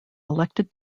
elected